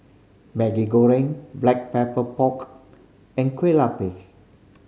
Maggi Goreng Black Pepper Pork and Kueh Lupis